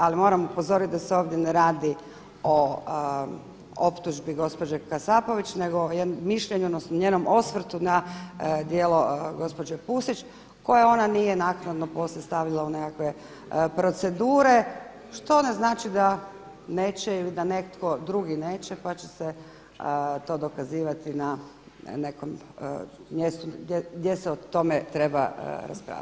Ali moram upozoriti da se ovdje ne radi o optužbi gospođe Kasapović, nego o mišljenju odnosno njenom osvrtu na djelo gospođe Pusić koja ona nije naknadno poslije stavila u nekakve procedure, što ne znači da neće ili da netko drugi neće, pa će se to dokazivati na nekom mjestu gdje se o tome treba raspravljati.